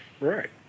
Right